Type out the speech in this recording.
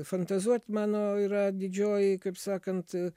fantazuot mano yra didžioji kaip sakant